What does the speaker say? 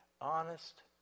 honest